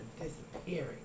disappearing